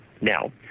Now